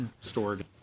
stored